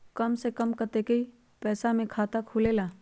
कम से कम कतेइक पैसा में खाता खुलेला?